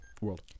World